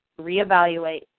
reevaluate